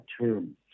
term